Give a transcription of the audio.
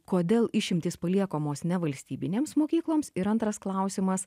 kodėl išimtys paliekamos nevalstybinėms mokykloms ir antras klausimas